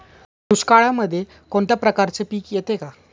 दुष्काळामध्ये कोणत्या प्रकारचे पीक येते का?